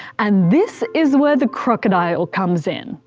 and this is where the crocodile comes in.